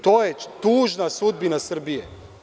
To je tužna sudbina Srbije.